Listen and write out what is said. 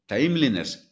Timeliness